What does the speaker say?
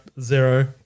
zero